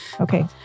Okay